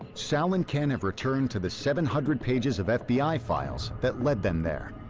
sal and ken have returned to the seven hundred pages of fbi files that led them there.